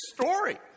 story